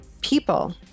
People